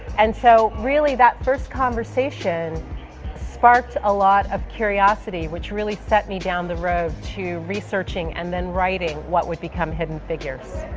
and so really that first conversation sparked a lot of curiosity, which really set me down the road to researching and then writing what would become hidden figures.